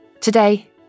today